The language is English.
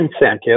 incentive